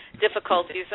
difficulties